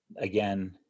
again